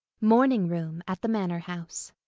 morning-room at the manor house.